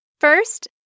First